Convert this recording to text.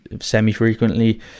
semi-frequently